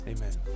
Amen